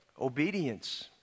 Obedience